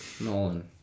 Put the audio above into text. Nolan